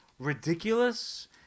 ridiculous